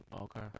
Okay